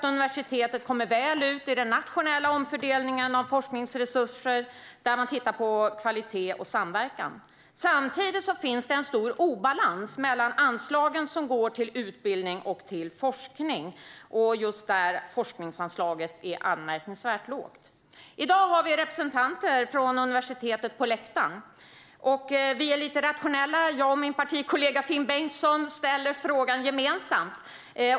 Universitetet kommer också väl ut i den nationella omfördelningen av forskningsresurser, där man tittar på kvalitet och samverkan. Samtidigt finns det en stor obalans mellan anslagen som går till utbildning och till forskning. Just forskningsanslaget är anmärkningsvärt lågt. I dag sitter representanter från universitetet på läktaren. Jag och min partikollega Finn Bengtsson är lite rationella och ställer frågan gemensamt.